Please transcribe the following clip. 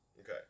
Okay